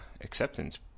acceptance